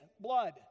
blood